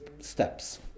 steps